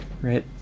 right